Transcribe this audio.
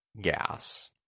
gas